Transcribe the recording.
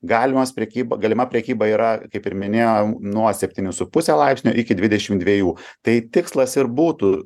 galimos prekyba galima prekyba yra kaip ir minėjom nuo septynių su puse laipsnio iki dvidešimt dviejų tai tikslas ir būtų